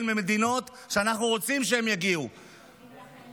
ממדינות שאנחנו רוצים שהם יגיעו מהן,